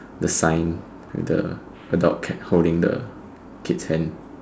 the sign with the the dog holding the kid's hand